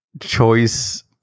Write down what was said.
choice